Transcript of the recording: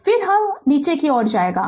फिर यह फिर नीचे आ जाएगा